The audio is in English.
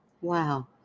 Wow